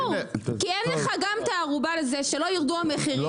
כי אין לך גם את הערובה לזה שלא ירדו המחירים,